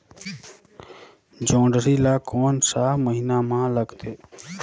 जोंदरी ला कोन सा महीन मां लगथे?